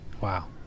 Wow